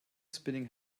spinning